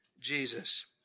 Jesus